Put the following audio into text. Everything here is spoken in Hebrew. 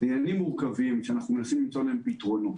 אלה עניינים מורכבים שאנחנו מנסים למצוא להם פתרונות.